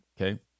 okay